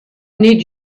need